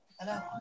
Hello